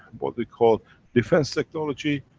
what we call defense technology,